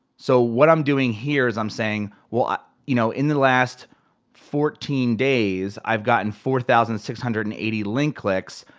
so what i'm doing here is i'm saying, well you know in the last fourteen days, i've gotten four thousand six hundred and eighty link clicks.